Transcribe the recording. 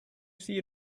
see